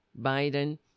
Biden